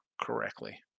correctly